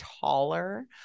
taller